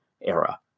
era